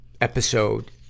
episode